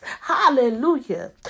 Hallelujah